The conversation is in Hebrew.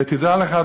ותדע לך,